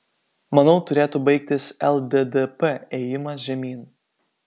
manau turėtų baigtis lddp ėjimas žemyn